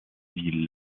ville